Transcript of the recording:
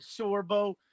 Sorbo